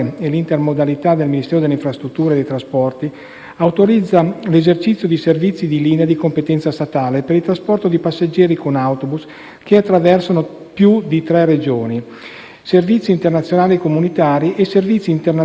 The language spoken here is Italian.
autorizza l'esercizio di servizi di linea di competenza statale per il trasporto di passeggeri con autobus che attraversano più di tre Regioni, servizi internazionali comunitari e servizi internazionali con Paesi extra Unione europea.